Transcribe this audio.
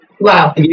Wow